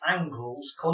angles